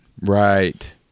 Right